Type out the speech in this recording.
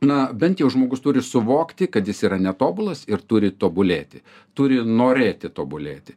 na bent jau žmogus turi suvokti kad jis yra netobulas ir turi tobulėti turi norėti tobulėti